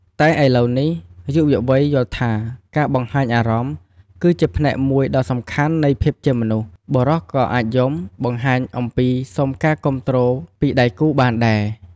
តែឥឡូវនេះ យុវវ័យយល់ថាការបង្ហាញអារម្មណ៍ គឺជាផ្នែកមួយដ៏សំខាន់នៃភាពជាមនុស្ស បុរសក៏អាចយំ បង្ហាញអំពីសុំការគាំទ្រពីដៃគូបានដែរ។